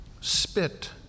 spit